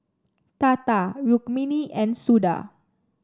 Tata Rukmini and Suda